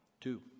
two